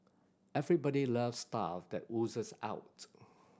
everybody loves stuff that oozes out